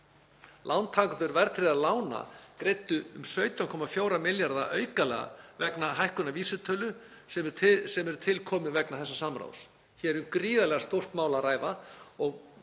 Lántakendur verðtryggðra lána greiddu um 17,4 milljarða aukalega vegna hækkunar vísitölu sem er til komin vegna þessa samráðs. Hér er um gríðarlega stórt mál að ræða og